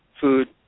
food